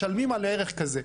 משלמים על ערך כזה.